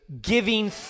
giving